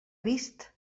vist